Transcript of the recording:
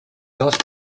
dust